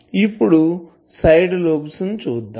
ఇప్పుడు side lobes ని చూద్దాం